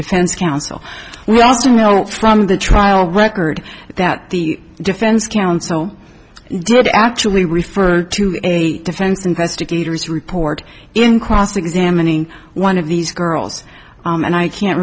defense counsel wants to know from the trial record that the defense counsel did actually refer to a defense investigator's report in cross examining one of these girls and i can't